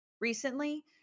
recently